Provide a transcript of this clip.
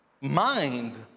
mind